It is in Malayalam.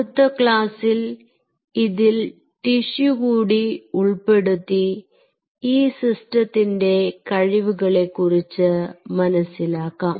അടുത്ത ക്ലാസ്സിൽ ഇതിൽ ടിഷ്യു കൂടി ഉൾപ്പെടുത്തി ഈ സിസ്റ്റത്തിന്റെ കഴിവുകളെക്കുറിച്ച് മനസ്സിലാക്കാം